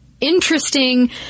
interesting